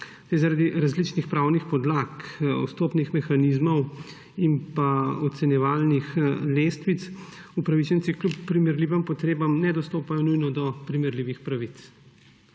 Zaradi različnih pravnih podlag, vstopnih mehanizmov in ocenjevalnih lestvic upravičenci kljub primerljivim potrebam ne dostopajo nujno do primerljivih pravic.